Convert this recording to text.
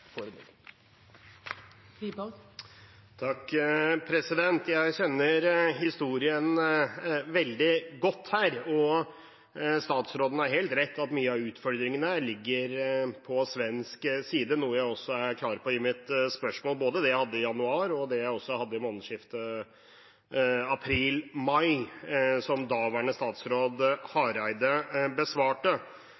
Jeg kjenner historien veldig godt, og statsråden har helt rett i at mye av utfordringene ligger på svensk side, noe jeg er klar på i mitt spørsmål, også i det jeg hadde i januar og det jeg hadde i månedsskiftet april–mai, som daværende statsråd